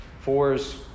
Fours